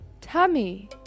Tummy